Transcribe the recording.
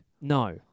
No